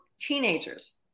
teenagers